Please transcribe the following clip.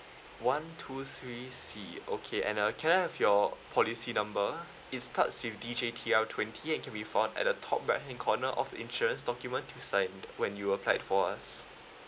one two three C okay and uh can I have your policy number it starts with D J T R twenty and can be found at the top right hand corner of the insurance document you signed when you applied for us